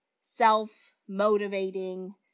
self-motivating